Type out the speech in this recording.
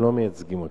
הם לא מייצגים אותנו.